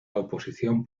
oposición